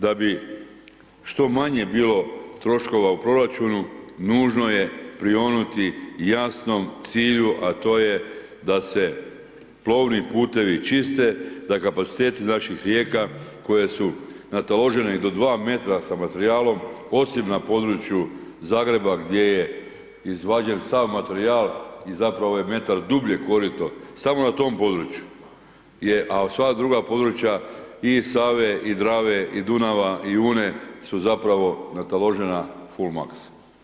Da bi što manje bilo troškova u proračunu, nužno je prionuti jasnom cilju, a to je da se plovni putevi čiste, da kapaciteti naših rijeka koje su nataložene do 2m sa materijalom, osim na području Zagreba gdje je izvađen sav materijal i zapravo je metar dublje korito, samo na tom području, a sva druga područja i Save i Drave i Dunava i Une su zapravo nataložena ful maks.